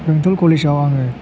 बेंथल कलेजाव आङो